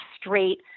straight